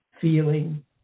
feeling